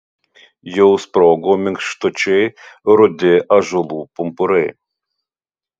jau sprogo minkštučiai rudi ąžuolų pumpurai